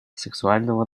сексуального